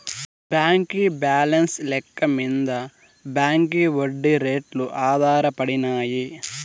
బాంకీ బాలెన్స్ లెక్క మింద బాంకీ ఒడ్డీ రేట్లు ఆధారపడినాయి